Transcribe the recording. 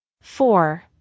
Four